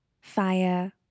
fire